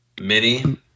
Mini